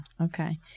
Okay